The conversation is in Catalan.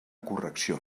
correcció